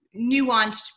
nuanced